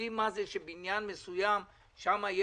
יודעות מה זה כשבבניין מסוים יש מישהו